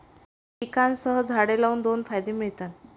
पिकांसह झाडे लावून दोन फायदे मिळतात